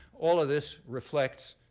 all of this reflects